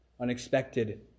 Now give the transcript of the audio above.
unexpected